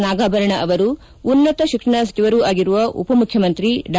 ನಾಗಾಭರಣ ಅವರು ಉನ್ನತ ಶಿಕ್ಷಣ ಸಚಿವರು ಆಗಿರುವ ಉಪಮುಖ್ಯಮಂತ್ರಿ ಡಾ